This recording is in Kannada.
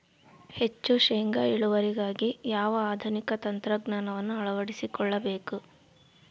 ಹೆಚ್ಚು ಶೇಂಗಾ ಇಳುವರಿಗಾಗಿ ಯಾವ ಆಧುನಿಕ ತಂತ್ರಜ್ಞಾನವನ್ನು ಅಳವಡಿಸಿಕೊಳ್ಳಬೇಕು?